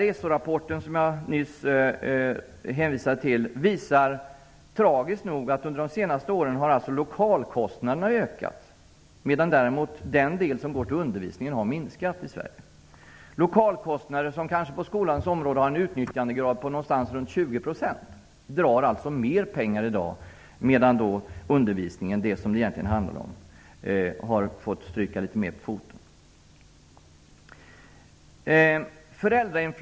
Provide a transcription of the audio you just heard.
ESO-rapporten som jag nyss hänvisade till visar tragiskt nog att lokalkostnaderna har ökat under de senaste åren. Däremot har den del av kostnaderna som går till undervisningen minskat. Det är fråga om kostnader för lokaler som kanske utnyttjas till 20 %. Lokalerna drar mera pengar än undervisningen -- det som det hela egentligen handlar om. Undervisningen har fått stryka på foten.